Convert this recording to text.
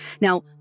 Now